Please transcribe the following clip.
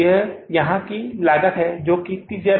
यह यहां की लागत है जो कि 30500 है